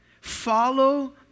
follow